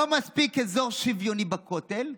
לא מספיק אזור שוויוני בכותל,